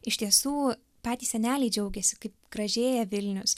iš tiesų patys seneliai džiaugiasi kaip gražėja vilnius